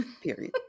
Period